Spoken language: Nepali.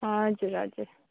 हजुर हजुर